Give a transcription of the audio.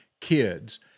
kids